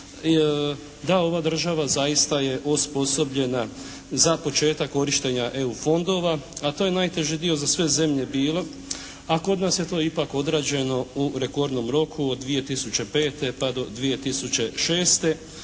da ova država zaista je osposobljena za početak korištenja EU fondova a to je najteži za sve zemlje bilo, a kod nas je to ipak odrađeno u rekordnom roku od 2005. pa do 2006.